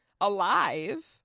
alive